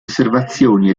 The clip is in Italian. osservazioni